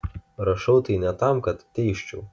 rašau tai ne tam kad teisčiau